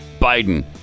Biden